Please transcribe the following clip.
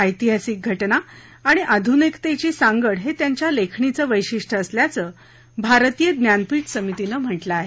ऐतिहासिक घटना आणि आधुनिकतेची सांगड हे त्यांच्या लेखणीचं वैशिष्ट्य असल्याचं भारतीय ज्ञानपीठ समितीनं म्हटलं आहे